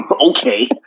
Okay